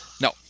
No